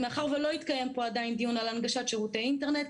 מאחר ולא התקיים פה עדיין דיון על הנגשת שירותי אינטרנט,